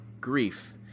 grief